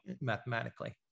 mathematically